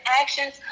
actions